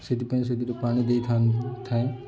ସେଥିପାଇଁ ସେଥିରୁ ପାଣି ଦେଇଥାଏ